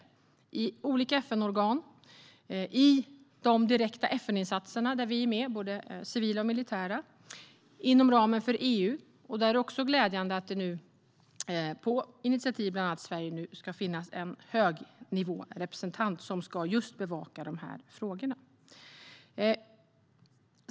Det gäller olika FN-organ, de direkta FN-insatser där vi är med, både civila och militära och inom ramen för EU. Det är glädjande att det nu på initiativ från bland andra Sverige ska finnas en högnivårepresentant som ska bevaka just dessa frågor.